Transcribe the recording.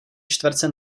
čtverce